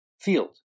field